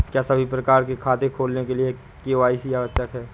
क्या सभी प्रकार के खाते खोलने के लिए के.वाई.सी आवश्यक है?